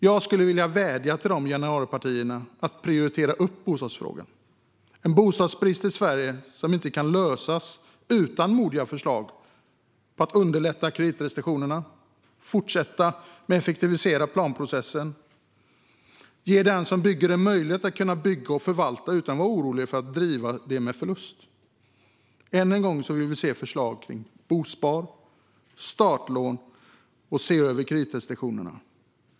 Jag skulle vilja vädja till januaripartierna att prioritera bostadsfrågan och ta tag i bostadsbristen i Sverige som inte kan lösas utan modiga förslag på att underlätta kreditrestriktionerna, fortsätta att effektivisera planprocessen och ge dem som bygger en möjlighet att kunna bygga och förvalta utan att vara oroliga för att gå med förlust. Än en gång vill vi se förslag kring bospar och startlån och se över kreditrestriktionerna.